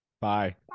bye